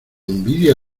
envidia